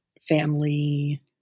family